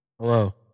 Hello